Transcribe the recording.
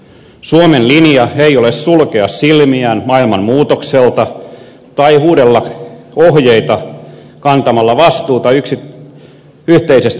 suomen linja ei ole sulkea silmiään maailman muutokselta tai huudella ohjeita kantamatta vastuuta yhteisestä tulevaisuudestamme